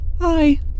hi